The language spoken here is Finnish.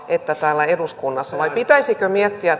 että täällä eduskunnassa vai pitäisikö miettiä